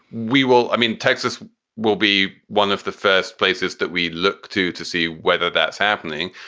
we will i mean, texas will be one of the first places that we look to to see whether that's happening.